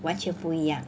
完全不一样